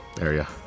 area